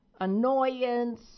annoyance